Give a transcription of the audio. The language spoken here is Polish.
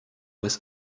bez